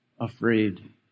afraid